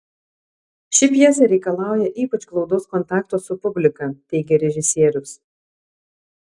ši pjesė reikalauja ypač glaudaus kontakto su publika teigė režisierius